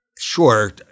Sure